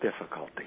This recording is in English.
difficulty